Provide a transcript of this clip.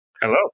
Hello